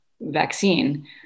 vaccine